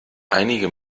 einige